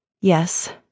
Yes